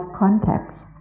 context